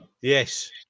Yes